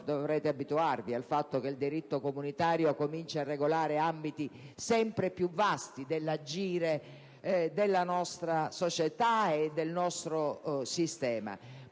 dovrete abituarvi al fatto che il diritto comunitario cominci a regolare ambiti sempre più vasti dell'agire della nostra società e del nostro sistema,